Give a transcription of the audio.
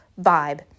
vibe